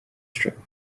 struck